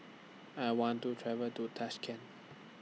I want to travel to Tashkent